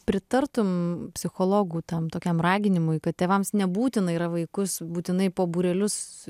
pritartum psichologų tam tokiam raginimui kad tėvams nebūtina yra vaikus būtinai po būrelius